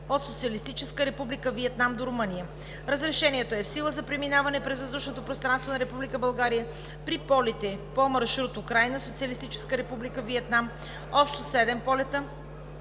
от Социалистическа република Виетнам до Румъния. Разрешението е в сила за преминаване през въздушното пространство на Република България при полети по маршрут Украйна – Социалистическа република Виетнам, общо седем полета